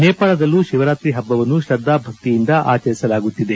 ನೇಪಾಳದಲ್ಲೂ ಶಿವರಾತ್ರಿ ಹಬ್ಬವನ್ನು ಶ್ರದ್ಧಾಭಕ್ತಿಯಿಂದ ಆಚರಿಸಲಾಗುತ್ತಿದೆ